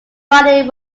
body